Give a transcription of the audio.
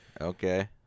Okay